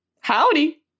Howdy